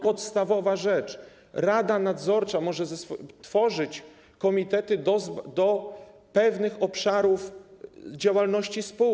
Podstawowa rzecz: rada nadzorcza może tworzyć komitety do pewnych obszarów działalności spółki.